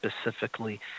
specifically